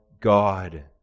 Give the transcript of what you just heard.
God